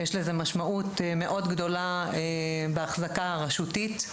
יש לזה משמעות מאוד גדולה בהחזקה הרשותית.